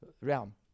realm